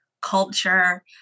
culture